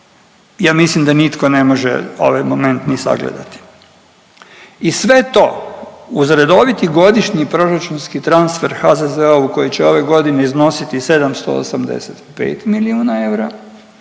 ja mislim da nitko ne može ovaj moment ni sagledati. I sve to uz redoviti godišnji proračunski transfer HZZO-a koji će ove godine iznositi 785 milijuna eura,